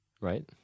Right